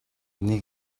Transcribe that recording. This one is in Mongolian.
нэг